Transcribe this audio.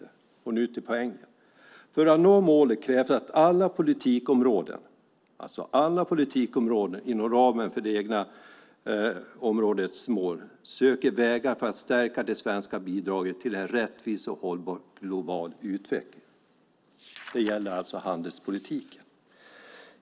Nu kommer jag till poängen: "För att uppnå målet krävs att alla politikområden, inom ramen för egna områdesspecifika målsättningar, söker vägar för att stärka det svenska bidraget till en rättvis och hållbar global utveckling." Det här gäller alltså handelspolitiken.